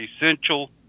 Essential